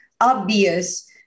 obvious